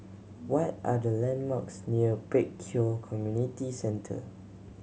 what are the landmarks near Pek Kio Community Centre